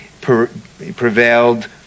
prevailed